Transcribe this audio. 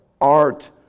art